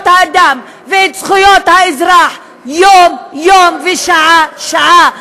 האדם ואת זכויות האזרח יום-יום ושעה-שעה.